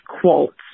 quotes